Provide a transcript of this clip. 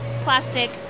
plastic